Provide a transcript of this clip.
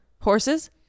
Horses